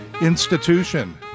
institution